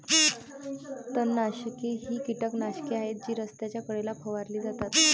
तणनाशके ही कीटकनाशके आहेत जी रस्त्याच्या कडेला फवारली जातात